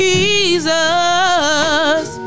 Jesus